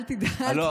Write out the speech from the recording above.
אל תדאג.